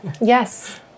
Yes